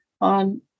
on